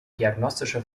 diagnostische